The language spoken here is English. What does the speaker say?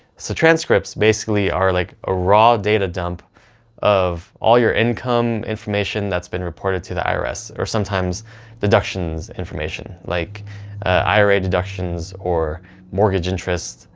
so transcripts basically are like a raw data dump of all your income information that's been reported to the irs, so or sometimes deductions information, like ira deductions, or mortgage interest,